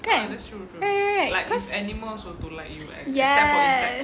kan right right right because yes